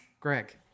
Greg